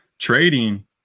Trading